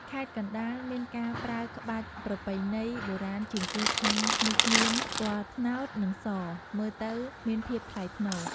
ខេត្តកណ្ដាល មានការប្រើក្បាច់ប្រពៃណីបុរាណជាងគេក្នុងនោះមាន ពណ៌ត្នោត និង ស មើលទៅមានភាពថ្លៃថ្នូរ។